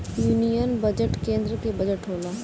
union budget केन्द्र के budget होला